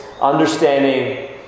understanding